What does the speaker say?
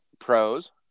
pros